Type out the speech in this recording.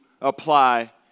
apply